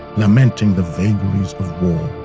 lamenting the vagaries of war.